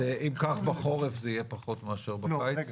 אם כך, בחורף זה יהיה פחות מאשר בקיץ?